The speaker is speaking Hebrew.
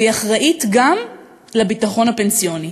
והיא אחראית גם לביטחון הפנסיוני.